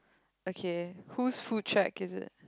okay who's who check is it